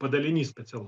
padalinys specialu